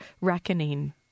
reckoning